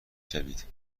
شوید